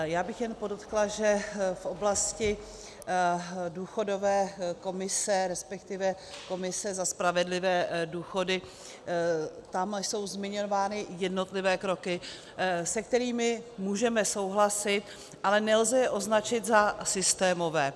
Já bych jen podotkla, že v oblasti důchodové komise, respektive komise za spravedlivé důchody, jsou zmiňovány jednotlivé kroky, se kterými můžeme souhlasit, ale nelze je označit za systémové.